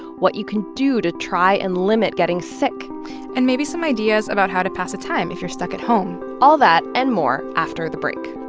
what you can do to try and limit getting sick and maybe some ideas about how to pass the time if you're stuck at home. all that and more after the break